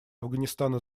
афганистана